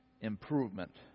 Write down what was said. improvement